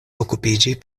okupiĝi